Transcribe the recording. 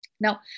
Now